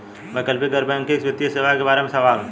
वैकल्पिक गैर बैकिंग वित्तीय सेवा के बार में सवाल?